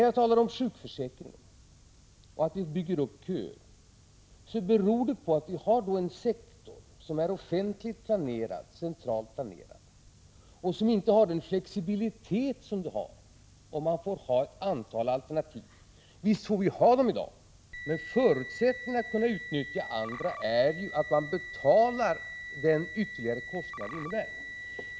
Jag talade om sjukförsäkringen och om att vi bygger upp köer. Det beror på att vi har en sektor som är centralt planerad och som inte har den flexibilitet som uppnås, om man får ha ett antal alternativ. Visst får vi ha alternativ i dag, men förutsättningen för att kunna utnyttja dem är ju att man betalar den ytterligare kostnad det innebär.